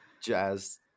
Jazz